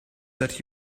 that